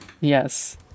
Yes